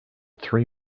three